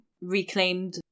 reclaimed